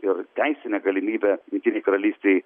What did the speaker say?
ir teisinė galimybė jungtinei karalystei